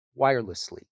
wirelessly